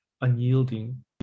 unyielding